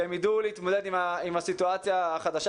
שהם יידעו להתמודד עם הסיטואציה החדשה